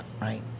right